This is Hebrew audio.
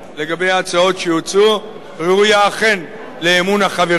לגבי ההצעות שהוצעו, ראויה אכן לאמון החברים.